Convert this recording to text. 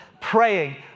praying